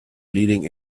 leading